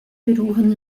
beruhen